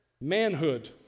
manhood